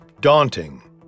daunting